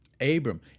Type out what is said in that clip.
Abram